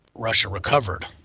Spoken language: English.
russia recovered.